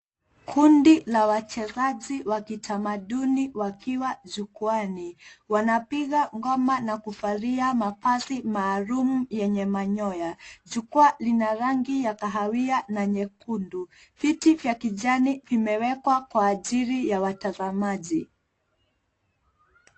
Kundi lawachezaji wa kitamaduni wakiwa jukwaani. Wanapiga ngoma na kuvalia mavazi maalum yenye manyoya. Jukwaa lina rangi ya kahawia na nyekundu. Viti vya kijani vimewekwa kwa ajili ya watazamaji.